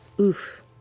oof